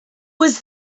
was